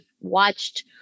watched